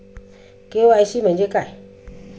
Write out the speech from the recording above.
KYC म्हणजे काय आहे?